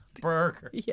Burger